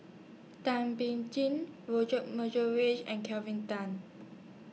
Thum Ping Tjin Reith and Kelvin Tan